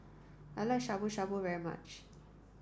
I like Shabu Shabu very much